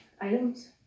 items